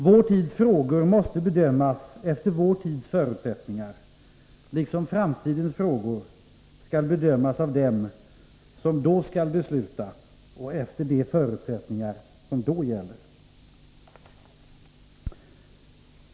Vår tids frågor måste bedömas efter vår tids förutsättningar, liksom framtidens frågor skall bedömas av dem som då skall besluta och efter de förutsättningar som då gäller.